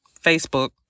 Facebook